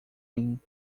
mim